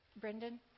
Brendan